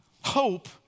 Hope